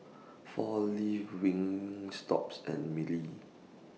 four Leaves Wingstop and Mili